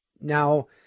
Now